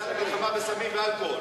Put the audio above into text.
למלחמה בסמים ואלכוהול.